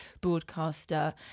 broadcaster